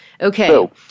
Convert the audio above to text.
Okay